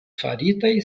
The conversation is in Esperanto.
faritaj